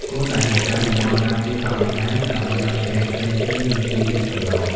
គួរតែបង្កើតតំបន់ការពារបរិស្ថានដើម្បីអភិរក្សព្រៃឈើ និងជីវៈចម្រុះ។